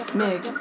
make